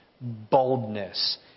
boldness